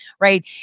right